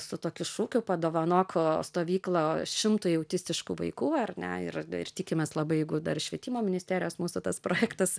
su tokiu šūkiu padovanok stovyklą šimtui autistiškų vaikų ar ne ir ir tikimės labai jeigu dar švietimo ministerijos mūsų tas projektas